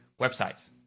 websites